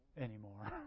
Anymore